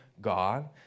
God